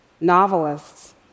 novelists